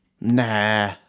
nah